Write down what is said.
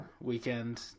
weekend